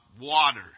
water